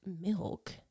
milk